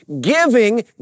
Giving